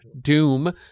Doom